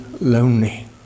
lonely